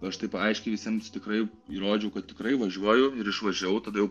aš taip aiškiai visiems tikrai įrodžiau kad tikrai važiuoju ir išvažiavau todėl